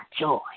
joy